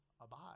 abide